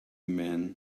men